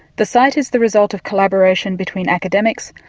the site is the result of collaboration between academics,